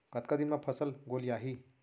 कतका दिन म फसल गोलियाही?